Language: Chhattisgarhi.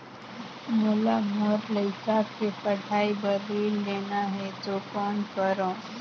मोला मोर लइका के पढ़ाई बर ऋण लेना है तो कौन करव?